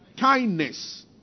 kindness